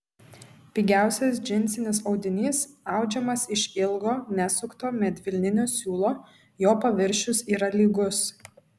pigiausias džinsinis audinys audžiamas iš ilgo nesukto medvilninio siūlo jo paviršius yra lygus